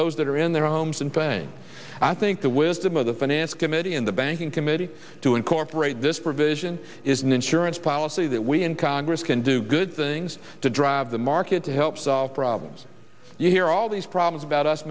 those that are in their homes and bank i think the wisdom of the finance committee in the banking committee to incorporate this provision is an insurance policy that we in congress can do good things to drive the market to help solve problems you hear all these problems about us